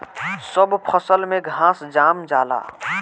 सब फसल में घास जाम जाला